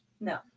No